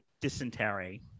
dysentery